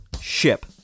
ship